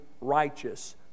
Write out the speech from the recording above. righteous